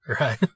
Right